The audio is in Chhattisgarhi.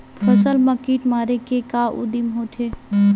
फसल मा कीट मारे के का उदिम होथे?